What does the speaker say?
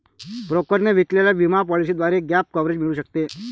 ब्रोकरने विकलेल्या विमा पॉलिसीद्वारे गॅप कव्हरेज मिळू शकते